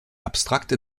abstrakte